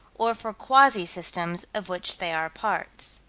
or for quasi-systems of which they are parts.